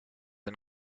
and